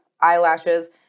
eyelashes